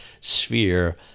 sphere